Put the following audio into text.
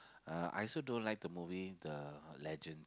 uh I also don't like the movie The-Legend